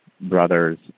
brothers